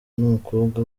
n’umukobwa